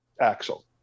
Axel